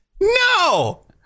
no